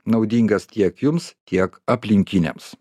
naudingas tiek jums tiek aplinkiniams